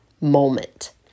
moment